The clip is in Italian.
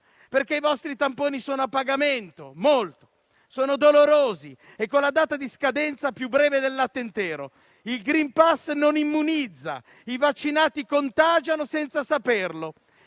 perché i vostri tamponi sono a pagamento, molti sono dolorosi e con la data di scadenza più breve del latte intero. Il *green pass* non immunizza. I vaccinati contagiano senza saperlo.